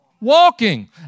walking